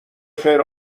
خیر